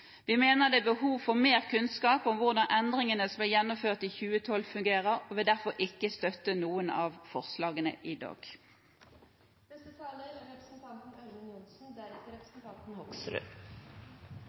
Vi mener det er behov for mer kunnskap om hvordan endringene som ble gjennomført i 2012, fungerer, og vil derfor ikke støtte noen av forslagene i